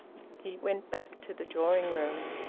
he went back to the drawing-room.